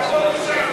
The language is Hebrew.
תעבור משם?